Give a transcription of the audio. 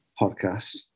podcast